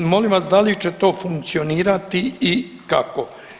Molim vas da li će to funkcionirati i kako?